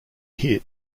hit